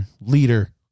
leader